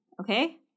okay